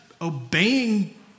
obeying